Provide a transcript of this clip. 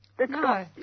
No